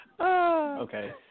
Okay